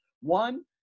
One